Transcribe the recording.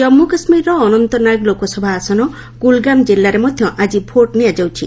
ଜନ୍ମୁ କାଶ୍ମୀରର ଅନନ୍ତନାଗ ଲୋକସଭା ଆସନ କୁଲ୍ଗାମ୍ କିଲ୍ଲାରେ ମଧ୍ୟ ଆଜି ଭୋଟ୍ ନିଆଯାଉଛି